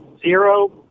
zero